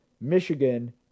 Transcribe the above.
Michigan